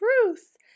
truth